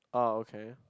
oh okay